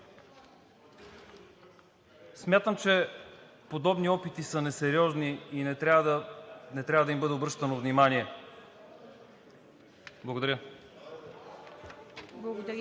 Смятам, че подобни опити са несериозни и не трябва да им бъде обръщано внимание. Благодаря.